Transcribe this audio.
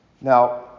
Now